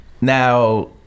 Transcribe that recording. now